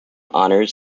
honors